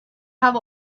have